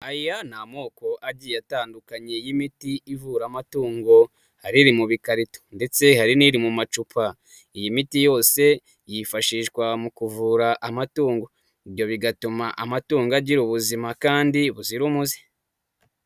Aya ni amoko agiye atandukanye y'imiti ivura amatungo. hari iri mu bikarito ndetse hari n'iri mu macupa, iyi miti yose yifashishwa mu kuvura amatungo. Ibyo bigatuma amatungo agira ubuzima kandi buzira umuze.